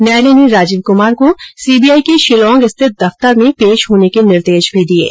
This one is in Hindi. न्यायालय ने राजीव कुमार को सीबीआई के शिलांग स्थित दफ्तर में पेश होने के निर्देश भी दिये है